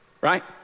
Right